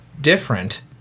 different